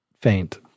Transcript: faint